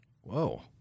Whoa